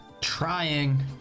Trying